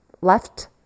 left